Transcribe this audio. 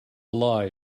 lie